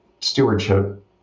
stewardship